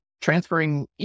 transferring